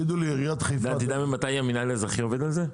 יודע ממתי המינהל האזרחי עובד על זה?